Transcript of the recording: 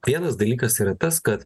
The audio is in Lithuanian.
vienas dalykas yra tas kad